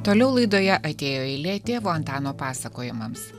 toliau laidoje atėjo eilė tėvo antano pasakojimams